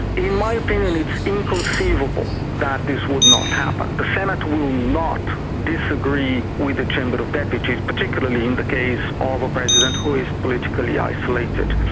in my opinion it's inconceivable that this would not happen. the senate will not disagree with the chamber of deputies, particularly in the case of a president who is politically isolated.